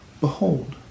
Behold